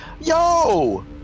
yo